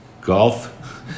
golf